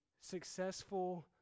successful